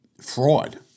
fraud